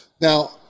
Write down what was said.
Now